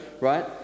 right